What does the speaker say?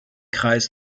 kreis